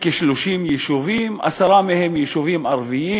כ-30 יישובים, עשרה מהם יישובים ערביים.